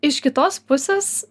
iš kitos pusės